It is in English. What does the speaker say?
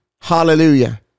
Hallelujah